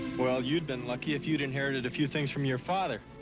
well, you'd been lucky, if you'd inherited a few things from your father.